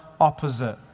opposite